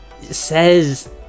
says